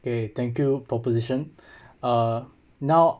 okay thank you proposition uh now